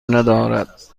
ندارد